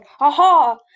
Aha